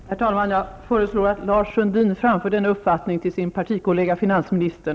Herr talman! Jag föreslår att Lars Sundin framför denna uppfattning till sin partikollega finansministern.